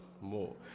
more